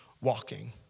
walking